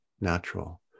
natural